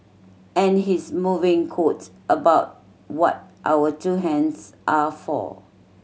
and his moving quote about what our two hands are for